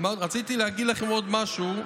רציתי להגיד לכם עוד משהו.